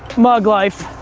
mug life.